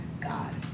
God